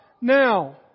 now